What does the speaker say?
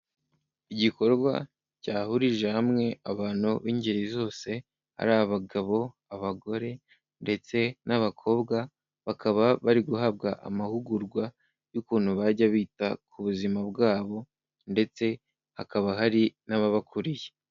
Igikorwa cyahurije hamwe abantu b'ingeri zose, ari abagabo abagore ndetse n'abakobwa bakaba bari guhabwa amahugurwa y'ukuntu bajya bita ku buzima bwabo ndetse hakaba hari n'ababakuriye.